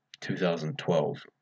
2012